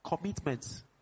Commitments